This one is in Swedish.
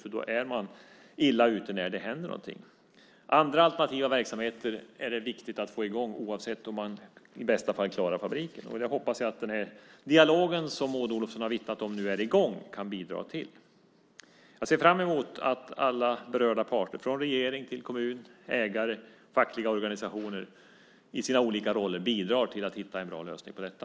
Där är man illa ute när det händer någonting. Det är viktigt att få i gång andra alternativa verksamheter oavsett om man - i bästa fall - klarar det här med fabriken. Det hoppas jag att den dialog som Maud har vittnat om nu är i gång kan bidra till. Jag ser fram emot att alla berörda parter, regering, kommun, ägare och fackliga organisationer, i sina olika roller bidrar till att hitta en bra lösning på detta.